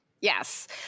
yes